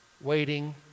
waiting